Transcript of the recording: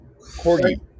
corgi